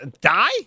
Die